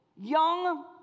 young